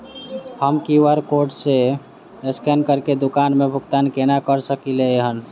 हम QR code scan करके दुकान मे भुगतान केना करऽ सकलिये एहन?